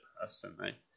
personally